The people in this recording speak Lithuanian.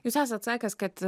jūs esat sakęs kad